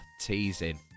teasing